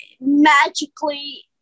magically